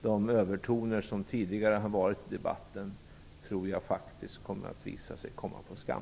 Jag tror faktiskt att det kommer att visa sig att de övertoner som tidigare varit i debatten kommer på skam.